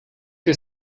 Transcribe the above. que